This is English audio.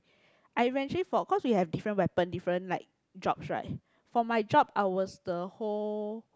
I eventually for cause we have different weapon different like jobs right for my job I was the whole